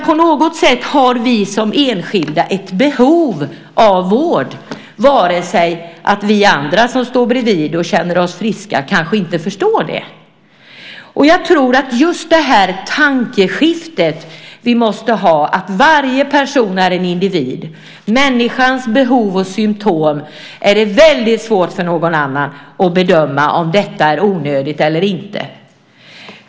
På något sätt har vi som enskilda ett behov av vård, även om andra som står bredvid och känner sig friska kanske inte förstår det. Vi måste ha ett tankeskifte. Varje person är en individ. Det är svårt för en annan att bedöma om en människas behov är onödiga eller inte.